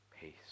peace